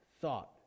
thought